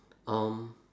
um